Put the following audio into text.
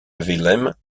wilhelm